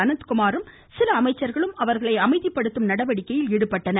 அனந்த்குமாரும் சில அமைச்சர்களும் அவர்களை அமைதிப்படுத்தும் நடவடிக்கையில் ஈடுபட்டனர்